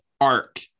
arc